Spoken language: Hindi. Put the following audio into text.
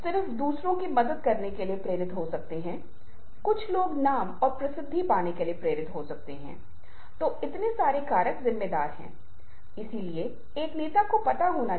थम्स अप का अर्थ सा ठीक हो सकता है या एक अश्लील प्रतीक हो सकता है या श्रेष्ठता का भाव हो सकता है